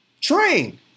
Train